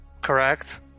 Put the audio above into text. Correct